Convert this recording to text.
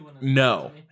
No